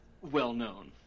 well-known